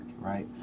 right